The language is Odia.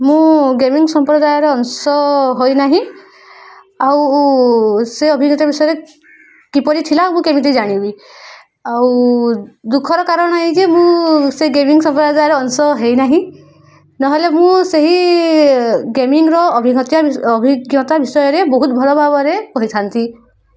ମୁଁ ଗେମିଂ ସମ୍ପ୍ରଦାୟରେ ଅଂଶ ହୋଇନାହିଁ ଆଉ ସେ ଅଭିଜ୍ଞତା ବିଷୟରେ କିପରି ଥିଲା ମୁଁ କେମିତି ଜାଣିବି ଆଉ ଦୁଃଖର କାରଣ ଏଇ ଯେ ମୁଁ ସେ ଗେମିଂ ସମ୍ପ୍ରଦାୟରେ ଅଂଶ ହେଇନାହିଁ ନହେଲେ ମୁଁ ସେହି ଗେମିଂର ଅଭିଜ୍ଞତା ଅଭିଜ୍ଞତା ବିଷୟରେ ବହୁତ ଭଲ ଭାବରେ କହିଥାଆନ୍ତି